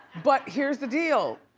but here's the deal,